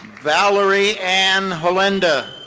valerie ann halinda.